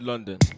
London